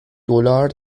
دلار